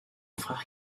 frère